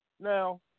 Now